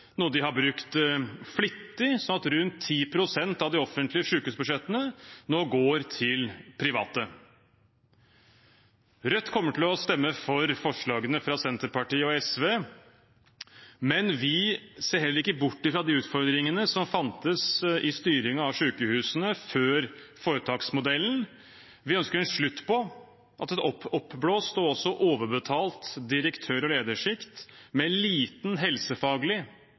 noe de har brukt flittig, slik at rundt 10 pst. av de offentlige sykehusbudsjettene nå går til private. Rødt kommer til å stemme for forslagene fra Senterpartiet og SV, men vi ser heller ikke bort fra de utfordringene som fantes i styringen av sykehusene før foretaksmodellen. Vi ønsker en slutt på at et oppblåst og overbetalt direktør- og ledersjikt, med liten helsefaglig